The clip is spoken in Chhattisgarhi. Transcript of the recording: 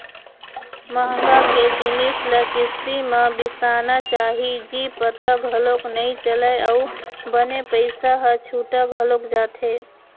महँगा के जिनिस ल किस्ती म बिसाना चाही जी पता घलोक नइ चलय अउ बने पइसा ह छुटा घलोक जाथे